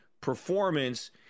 performance